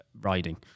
riding